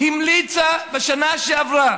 המליצה בשנה שעברה